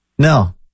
No